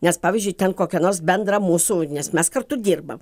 nes pavyzdžiui ten kokia nors bendra mūsų nes mes kartu dirbam